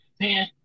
man